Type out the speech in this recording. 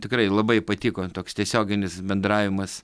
tikrai labai patiko toks tiesioginis bendravimas